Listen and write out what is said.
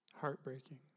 Heartbreaking